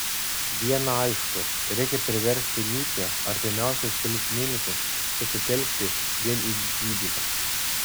viena aišku reikia priversti nyčę artimiausius kelis mėnesius susitelkti vien į gydymą